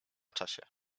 czasie